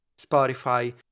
spotify